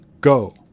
go